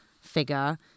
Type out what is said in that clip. figure